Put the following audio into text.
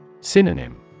Synonym